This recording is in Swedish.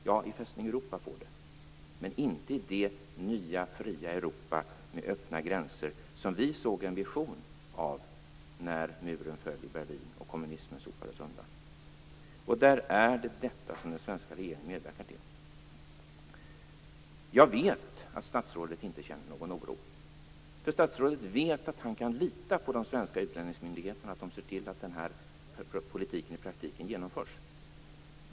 Ja, i Fästning Europa får det ske, men inte i det nya, fria Europa med öppna gränser som vi såg en vision av när muren föll i Berlin och kommunismen sopades undan. Den svenska regeringen medverkar till det. Jag vet att statsrådet inte känner någon oro. Statsrådet vet att han kan lita på att de svenska utlänningsmyndigheterna ser till att den här politiken i praktiken genomförs.